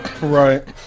Right